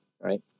right